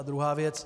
A druhá věc.